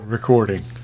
Recording